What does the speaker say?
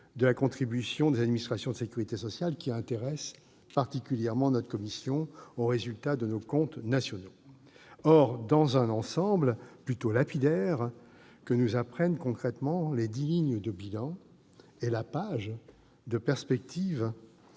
de la contribution des administrations de sécurité sociale, qui intéresse particulièrement notre commission, aux résultats de nos comptes nationaux. Or que nous apprennent concrètement les dix lignes de bilan et la page de perspectives